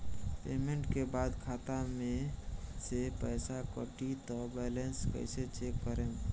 Payment के बाद खाता मे से पैसा कटी त बैलेंस कैसे चेक करेम?